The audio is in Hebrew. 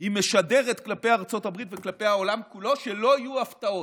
היא משדרת כלפי ארצות הברית וכלפי העולם כולו שלא יהיו הפתעות.